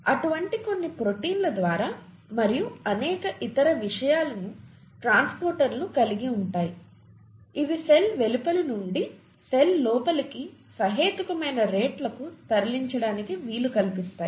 అటువంటి కొన్ని ప్రోటీన్ల ద్వారా మరియు అనేక ఇతర విషయాలు ట్రాన్స్పోర్టర్లను కలిగి ఉంటాయి ఇవి సెల్ వెలుపలి నుండి సెల్ లోపలికి సహేతుకమైన రేట్లకు తరలించడానికి వీలు కల్పిస్తాయి